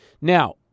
Now